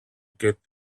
get